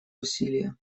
усилия